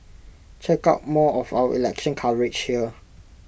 check out more of our election coverage here